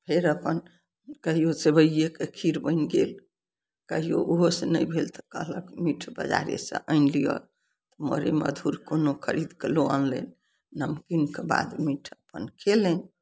फेर अपन कहियो सेबइये के खीर बनि गेल कहियो ओहोसँ नहि भेल तऽ कहलक मीठ बजारेसँ आनि लिअ मर्रे मधुर कोनो खरीद कऽ लऽ अनलनि नमकीनके बाद मीठ अपन खेलनि